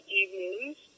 evenings